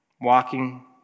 walking